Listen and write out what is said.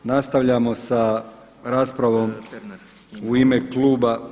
Nastavljamo sa raspravom u ime kluba